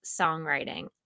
songwriting